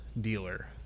dealer